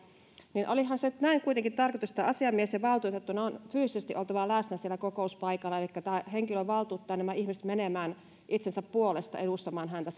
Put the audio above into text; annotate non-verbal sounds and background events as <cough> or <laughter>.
niin olihan se nyt näin kuitenkin tarkoitus että asiamiehen ja valtuutetun on fyysisesti oltava läsnä siellä kokouspaikalla elikkä tämä henkilö valtuuttaa nämä ihmiset menemään itsensä puolesta edustamaan häntä <unintelligible>